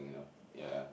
yeah